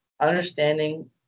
understanding